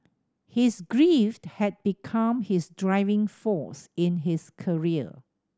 his grief had become his driving force in his career